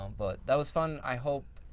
um but that was fun. i hope